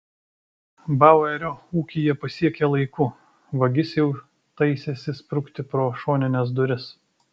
bauerio ūkį jie pasiekė laiku vagis jau taisėsi sprukti pro šonines duris